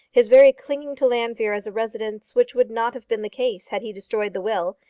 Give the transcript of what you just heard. his very clinging to llanfeare as a residence which would not have been the case had he destroyed the will,